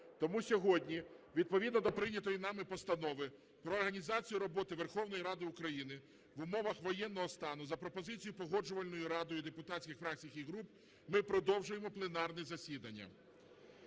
Тому сьогодні відповідно до прийнятої нами Постанови "Про організацію роботи Верховної Ради України в умовах воєнного стану" за пропозицією Погоджувальної ради депутатських фракцій і груп ми продовжуємо пленарне засідання.